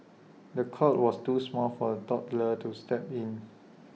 the cot was too small for the toddler to sleep in